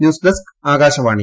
ന്യൂസ്ഡെസ്ക്ആകാശവാണി